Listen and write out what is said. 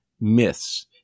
myths